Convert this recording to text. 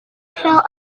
felt